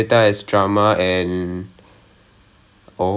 the drama and dance drama and dance